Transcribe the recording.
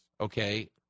Okay